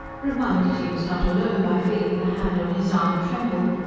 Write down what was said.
reminded he was not alone by feeling the hand on his arm tremble,